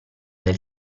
del